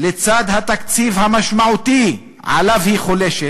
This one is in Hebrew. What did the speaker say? לצד התקציב המשמעותי עליו היא חולשת,